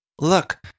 Look